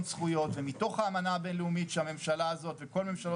זכויות ומתוך האמנה הבינלאומית של הממשלה הזאת ומתוך כל חוק